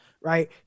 right